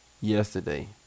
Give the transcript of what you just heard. yesterday